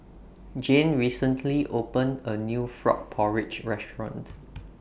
Jane recently opened A New Frog Porridge Restaurant